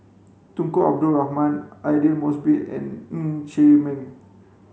Tunku Abdul Rahman Aidli Mosbit and Ng Chee Meng